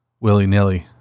willy-nilly